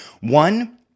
One